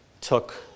took